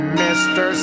mr